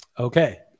Okay